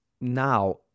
now